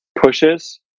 pushes